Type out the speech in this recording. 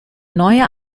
neue